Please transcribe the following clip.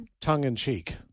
tongue-in-cheek